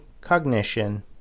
cognition